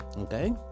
okay